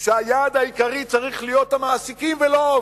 שהיעד העיקרי צריך להיות המעסיקים ולא העובדים.